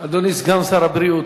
אדוני סגן שר הבריאות,